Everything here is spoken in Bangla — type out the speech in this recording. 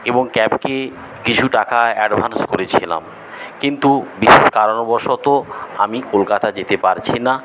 এবং ক্যাবকে কিছু টাকা অ্যাডভান্স করেছিলাম কিন্তু বিশেষ কারণবশত আমি কলকাতা যেতে পারছি না